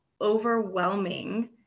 overwhelming